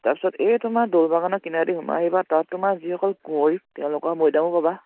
তাৰপিছত এই তোমাৰ দ'ল বাগানৰ কিনাৰেদি সোমাই আহিবা তাত তোমাৰ যি সকল কুঁৱৰি তেওঁলোকৰ মৈদামো পাবা